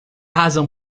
razão